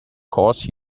course